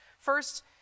First